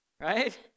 Right